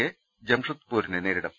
K ജംഷഡ്പൂരിനെ നേരിടും